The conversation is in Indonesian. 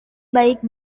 baik